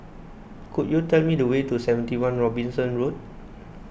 could you tell me the way to seventy one Robinson Road